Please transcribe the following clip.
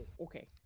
okay